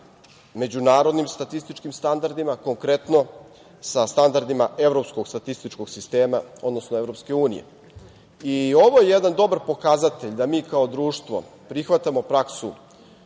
međunarodnim statističkim standardima, konkretno sa standardima Evropskog statističkog sistema, odnosno Evropske unije. Ovo je jedan dobar pokazatelj da mi kao društvo prihvatamo praksu